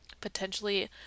potentially